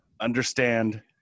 Understand